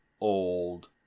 old